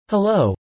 Hello